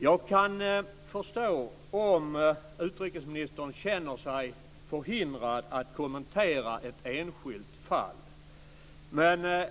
Jag kan förstå om utrikesministern känner sig förhindrad att kommentera ett enskilt fall.